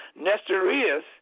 Nestorius